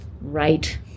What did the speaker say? right